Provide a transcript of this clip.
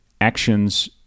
actions